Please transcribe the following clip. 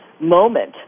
moment